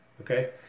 okay